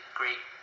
great